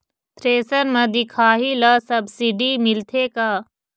Thresher म दिखाही ला सब्सिडी मिलथे का?